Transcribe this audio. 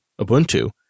Ubuntu